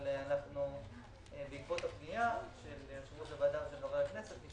אבל בעקבות הפנייה של מזכירות הוועדה ושל חבר הכנסת אופיר